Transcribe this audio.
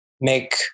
make